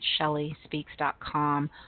shellyspeaks.com